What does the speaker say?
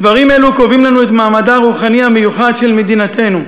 דברים אלו קובעים לנו את מעמדה הרוחני המיוחד של מדינתנו.